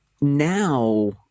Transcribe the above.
now